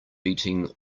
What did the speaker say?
beating